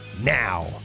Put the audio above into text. now